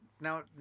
Now